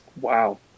Wow